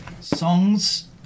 songs